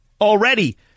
already